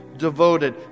devoted